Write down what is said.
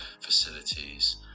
facilities